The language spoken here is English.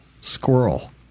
squirrel